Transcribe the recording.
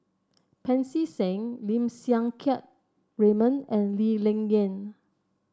Pancy Seng Lim Siang Keat Raymond and Lee Ling Yen